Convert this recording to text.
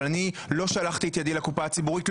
אבל אני לא שלחתי את ידי לקופה הציבורית ,